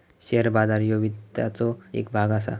share बाजार ह्यो वित्ताचो येक भाग असा